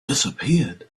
disappeared